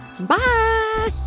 Bye